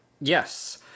Yes